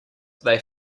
they